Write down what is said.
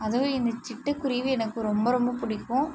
அதுவும் இந்த சிட்டுக்குருவி எனக்கு ரொம்ப ரொம்ப பிடிக்கும்